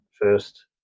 first